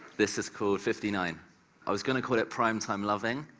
this is called fifty nine. i was going to call it prime time loving.